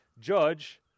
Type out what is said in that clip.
judge